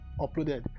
uploaded